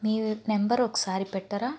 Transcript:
మీ number ఒకసారి పెట్టరా